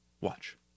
watch